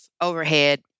overhead